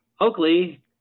Oakley